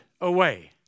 away